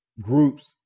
groups